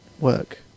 work